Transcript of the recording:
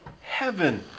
heaven